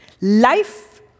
Life